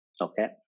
okay